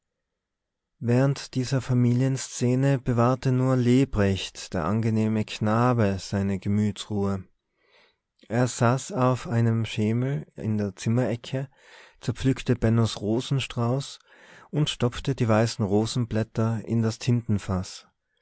während dieser familienszene bewahrte nur lebrecht der angenehme knabe seine gemütsruhe er saß auf einem schemel in der zimmerecke zerpflückte bennos rosenstrauß und stopfte die weißen rosenblätter in das tintenfaß